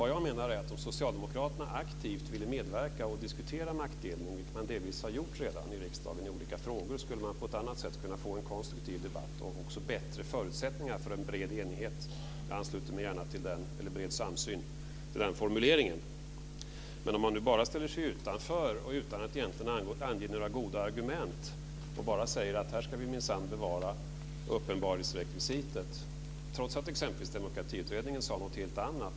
Vad jag menar är att om socialdemokraterna aktivt vill medverka till och diskutera maktdelning - vilket man delvis redan har gjort i riksdagen i olika frågor - skulle man på ett annat sätt få en konstruktiv debatt och också bättre förutsättningar för en bred samsyn. Jag ansluter mig gärna till den formuleringen. Men nu ställer man sig bara utanför utan att egentligen ange några goda argument. Man säger bara att här ska vi minsann bevara uppenbarhetsrekvisitet trots att Demokratiutredningen sade någonting helt annat.